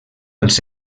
als